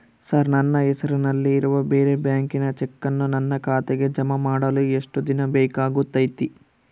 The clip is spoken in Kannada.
ಸರ್ ನನ್ನ ಹೆಸರಲ್ಲಿ ಇರುವ ಬೇರೆ ಬ್ಯಾಂಕಿನ ಚೆಕ್ಕನ್ನು ನನ್ನ ಖಾತೆಗೆ ಜಮಾ ಮಾಡಲು ಎಷ್ಟು ದಿನ ಬೇಕಾಗುತೈತಿ?